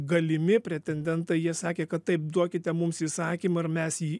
galimi pretendentai jie sakė kad taip duokite mums įsakymą ir mes jį